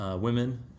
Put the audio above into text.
women